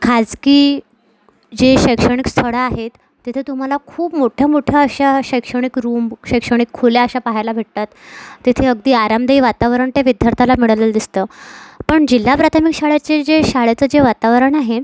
खाजगी जे शैक्षणिक स्थळं आहेत तिथे तुम्हाला खूप मोठ्या मोठ्या अशा शैक्षणिक रूम शैक्षणिक खोल्या अशा पाहायला भेटतात तेथे अगदी आरामदायी वातावरण त्या विद्यार्थाला मिळालेलं दिसतं पण जिल्हा प्राथमिक शाळेचे जे शाळेचं जे वातावरण आहे